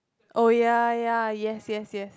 oh ya ya yes yes yes yes